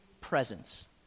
presence